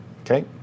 okay